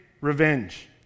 revenge